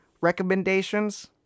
recommendations